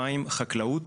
מים וחקלאות,